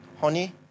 honey